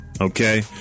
Okay